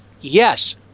Yes